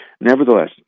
Nevertheless